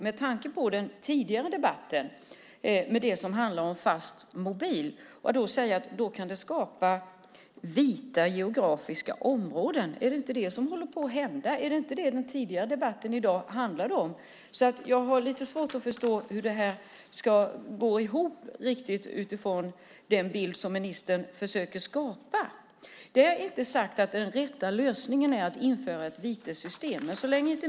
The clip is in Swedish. Med tanke på den tidigare debatten om fast mobil säger man att det kan skapa vita geografiska områden. Är det inte det som håller på att hända? Är det inte det den tidigare debatten i dag handlade om? Jag har lite svårt att förstå hur det går ihop utifrån den bild ministern försöker skapa. Det är inte sagt att den rätta lösningen är att införa ett vitessystem.